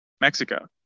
Mexico